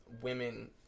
women